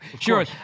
Sure